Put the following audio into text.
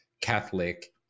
Catholic